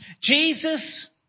Jesus